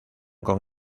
con